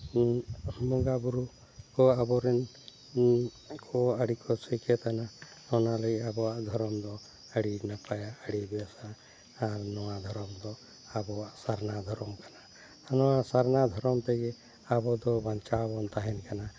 ᱢᱤᱫ ᱵᱚᱸᱜᱟ ᱵᱳᱨᱳ ᱦᱚᱸ ᱟᱵᱚᱨᱮᱱ ᱢᱤᱫ ᱜᱮ ᱟᱹᱰᱤ ᱠᱚ ᱥᱟᱠᱮᱛᱟᱱᱟ ᱚᱱᱟ ᱨᱮᱜᱮ ᱟᱵᱚᱣᱟᱜ ᱫᱷᱚᱨᱚᱢ ᱫᱚ ᱟᱹᱰᱤ ᱱᱟᱯᱟᱭᱟ ᱟᱹᱰᱤ ᱵᱮᱥᱟ ᱟᱨ ᱱᱚᱣᱟ ᱫᱷᱚᱨᱚᱢ ᱫᱚ ᱟᱵᱚᱣᱟᱜ ᱥᱟᱨᱱᱟ ᱫᱷᱚᱨᱚᱢ ᱠᱟᱱᱟ ᱱᱚᱣᱟ ᱥᱟᱨᱱᱟ ᱫᱷᱚᱨᱚᱢ ᱛᱮᱜᱮ ᱟᱵᱚ ᱫᱚ ᱵᱟᱧᱪᱟᱣ ᱵᱚᱱ ᱛᱟᱦᱮᱱ ᱠᱟᱱᱟ